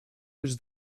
was